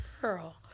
girl